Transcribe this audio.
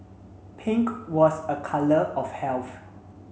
pink was a colour of health